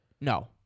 No